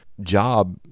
job